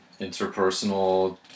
interpersonal